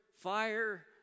fire